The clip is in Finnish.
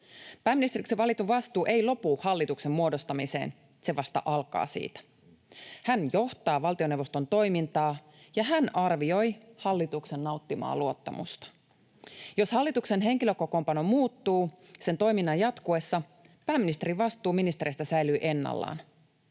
Pääministeriksi valitun vastuu ei lopu hallituksen muodostamiseen, se vasta alkaa siitä. Hän johtaa valtioneuvoston toimintaa, ja hän arvioi hallituksen nauttimaa luottamusta. Jos hallituksen henkilökokoonpano muuttuu sen toiminnan jatkuessa, pääministerin vastuu ministereistä säilyy ennallaan.